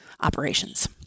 operations